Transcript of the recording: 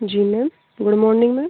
ji ma'am good morning ma'am